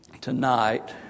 tonight